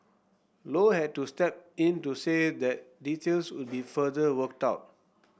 low had to step in to say that details would be further worked out